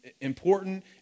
important